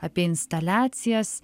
apie instaliacijas